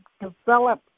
develop